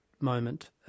moment